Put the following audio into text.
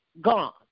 gone